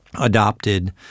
adopted